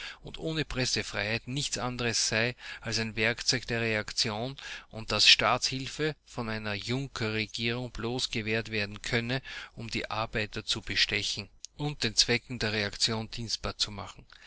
und ohne preßfreiheit nichts anderes sei als ein werkzeug der reaktion und daß staatshilfe von einer junkerregierung bloß gewährt werden könne um die arbeiter zu bestechen und den zwecken der reaktion dienstbar zu machen